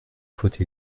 faute